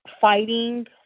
fighting